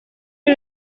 w’i